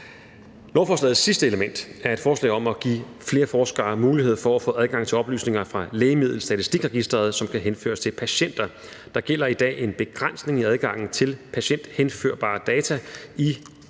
Lovforslagets femte og sidste element er et forslag om at give flere forskere mulighed for at få adgang til oplysninger fra Lægemiddelstatistikregisteret, som kan henføres til patienter. Der gælder i dag en begrænsning i adgangen til patienthenførbare data